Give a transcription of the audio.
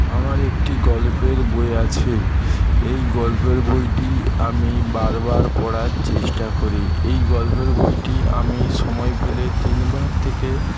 আমার একটি গল্পের বই আছে এই গল্পের বইটি আমি বারবার পড়ার চেষ্টা করি এই গল্পের বইটি আমি সময় পেলে তিনবার থেকে